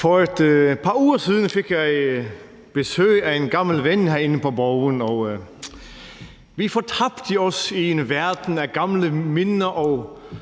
For et par uger siden fik jeg besøg af en gammel ven herinde på Borgen, og vi fortabte os i en verden af gamle minder og